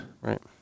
Right